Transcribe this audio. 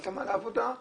התאמה לעבודה,